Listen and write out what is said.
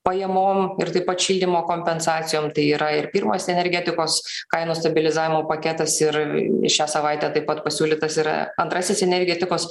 pajamom ir taip pat šildymo kompensacijom tai yra ir pirmas energetikos kainų stabilizavimo paketas ir šią savaitę taip pat pasiūlytas ir antrasis energetikos